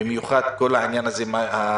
במיוחד כל ההתפתלויות